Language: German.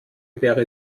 wäre